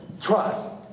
Trust